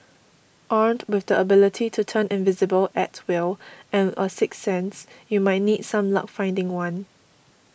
armed with the ability to turn invisible at will and a sixth sense you might need some luck finding one